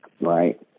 Right